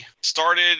started